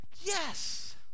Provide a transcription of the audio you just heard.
Yes